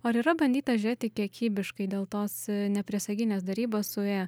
ar yra bandyta žiūrėti kiekybiškai dėl tos nepriesaginės darybos su ė